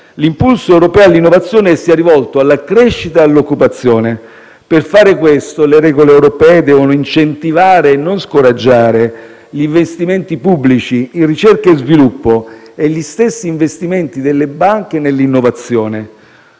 l'impulso europeo all'innovazione sia rivolto alla crescita e all'occupazione. Per fare questo, le regole europee devono incentivare e non scoraggiare gli investimenti pubblici in ricerca e sviluppo e gli stessi investimenti delle banche nell'innovazione.